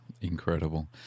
Incredible